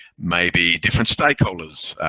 maybe different stakeholders.